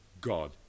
God